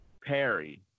Perry